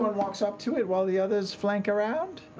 walks up to it while the others flank around?